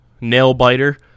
nail-biter